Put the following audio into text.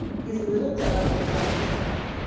his little daughter by his side.